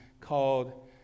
called